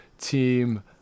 Team